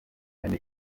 eine